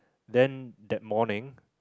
then that morning